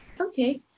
Okay